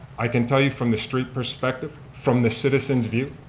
i can tell you from the street perspective, from the citizens' view,